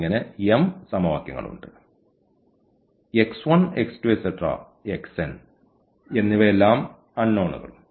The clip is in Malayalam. എന്നിങ്ങനെ m സമവാക്യങ്ങൾ ഉണ്ട് എന്നിവയെല്ലാം അൺനോണുകളും